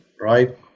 right